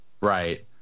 Right